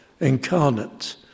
incarnate